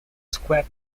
square